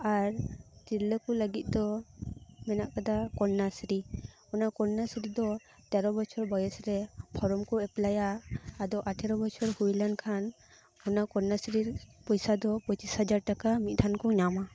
ᱟᱨ ᱛᱤᱨᱞᱟᱹ ᱠᱚ ᱞᱟᱹᱜᱤᱫ ᱫᱚ ᱢᱮᱱᱟᱜ ᱟᱠᱟᱫᱟ ᱠᱚᱱᱱᱟᱥᱥᱨᱤ ᱚᱱᱟ ᱠᱚᱱᱱᱟᱥᱥᱨᱤ ᱫᱚ ᱛᱮᱨᱚ ᱵᱚᱪᱷᱚᱨ ᱵᱚᱭᱮᱥ ᱨᱮ ᱯᱷᱚᱨᱚᱢ ᱠᱚ ᱮᱯᱞᱟᱭᱟ ᱟᱫᱚ ᱟᱴᱷᱮᱨᱚ ᱵᱚᱪᱷᱚᱨ ᱦᱩᱭ ᱞᱮᱱ ᱠᱷᱟᱱ ᱚᱱᱟ ᱠᱚᱱᱱᱟᱥᱥᱨᱤ ᱯᱚᱭᱥᱟ ᱫᱚ ᱯᱚᱸᱪᱤᱥ ᱦᱟᱡᱟᱨ ᱴᱟᱠᱟ ᱢᱤᱫ ᱫᱷᱟᱣ ᱠᱚ ᱧᱟᱢᱟ